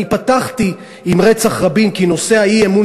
אני פתחתי ברצח רבין כי נושא האי-אמון